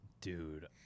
dude